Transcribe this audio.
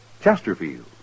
Chesterfield